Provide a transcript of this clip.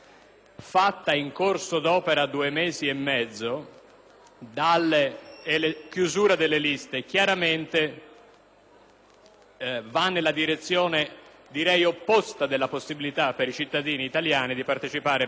fatta in corso d'opera a due mesi e mezzo dalla chiusura delle liste, chiaramente essa va nella direzione a mio avviso opposta alla possibilità per i cittadini italiani di partecipare